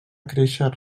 créixer